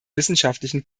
wissenschaftlichen